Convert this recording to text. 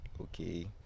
okay